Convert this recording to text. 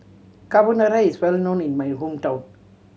Carbonara is well known in my hometown